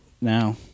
now